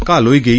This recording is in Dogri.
घायल होई गेई